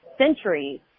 Centuries